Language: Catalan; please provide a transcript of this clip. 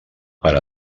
per